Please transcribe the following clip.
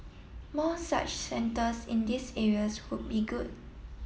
more such centres in these areas would be good